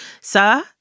sir